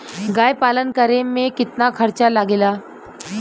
गाय पालन करे में कितना खर्चा लगेला?